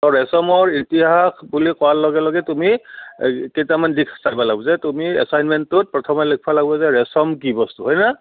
ৰেচমৰ ইতিহাস বুলি কোৱাৰ লগে লগে তুমি কেইটামান দিশ চাব লাগব যে তুমি এছাইণ্টমেণ্টটোত প্ৰথমে লিখিব লাগব যে ৰেচম কি বস্তু হয় না